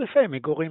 וצריפי מגורים.